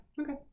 okay